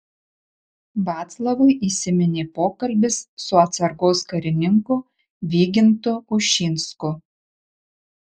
vaclavui įsiminė pokalbis su atsargos karininku vygintu ušinsku